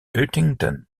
huntington